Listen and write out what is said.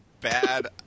bad